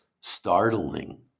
startling